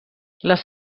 les